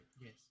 Yes